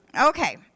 Okay